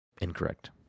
Incorrect